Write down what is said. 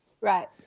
Right